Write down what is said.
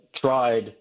tried